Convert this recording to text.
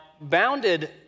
bounded